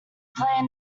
plain